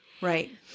Right